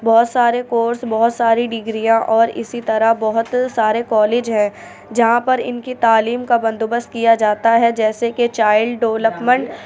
بہت سارے کورس بہت ساری ڈگریاں اور اسی طرح بہت سارے کالج ہیں جہاں پر ان كی تعلیم کا بندوبست كیا جاتا ہے جیسے کہ چائلڈ ڈوولپمنٹ